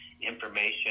information